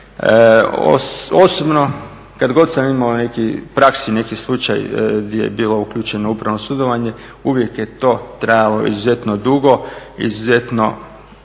Osobno kad god sam imao u praksi neki slučaj gdje je bilo uključeno upravno sudovanje, uvijek je to trajalo izuzetno dugo, izuzetna